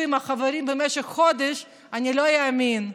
עם החברים במשך חודש אני לא אאמין.